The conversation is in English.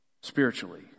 spiritually